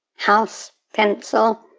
house, pencil,